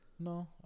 No